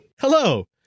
Hello